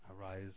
arise